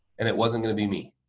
and it wasn't going to be me.